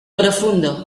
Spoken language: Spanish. profundo